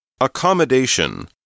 Accommodation